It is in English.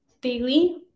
daily